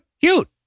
cute